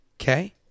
Okay